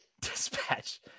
Dispatch